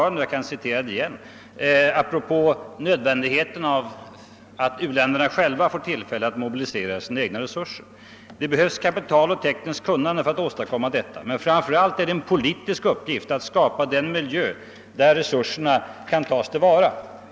Apropå nödvändigheten av att u-länderna själva får tillfälle att mobilisera sina egna resurser sade jag i mitt inledningsanförande: »Det behövs kapital och tekniskt kunnande för att åstadkomma detta. Men framför allt är det en politisk uppgift att skapa den miljö där resurserna kan tas till vara.